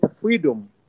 freedom